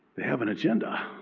have an agenda.